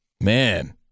Man